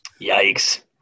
Yikes